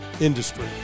industry